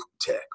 Tech